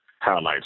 highlights